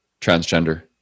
transgender